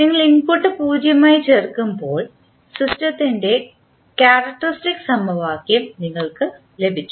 നിങ്ങൾ ഇൻപുട്ട് 0 ആയി ചേർക്കുമ്പോൾ സിസ്റ്റത്തിൻറെ ക്യാരക്ക്റ്ററിസ്റ്റിക് സമവാക്യം നിങ്ങൾക്ക് ലഭിച്ചു